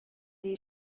die